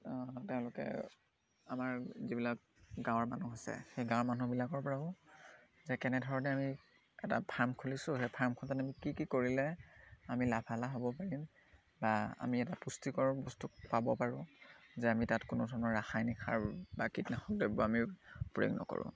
তেওঁলোকে আমাৰ যিবিলাক গাঁৱৰ মানুহ আছে সেই গাঁৱৰ মানুহবিলাকৰ পৰাও যে কেনেধৰণে আমি এটা ফাৰ্ম খুলিছোঁ সেই ফাৰ্মখনত আমি কি কি কৰিলে আমি লাভালাভ হ'ব পাৰিম বা আমি এটা পুষ্টিকৰ বস্তু পাব পাৰোঁ যে আমি তাত কোনো ধৰণৰ ৰাসায়নিক সাৰ বা কীটনাশক দ্ৰব্য আমি প্ৰয়োগ নকৰোঁ